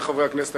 חברי חברי הכנסת,